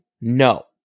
no